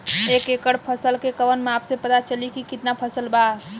एक एकड़ फसल के कवन माप से पता चली की कितना फल बा?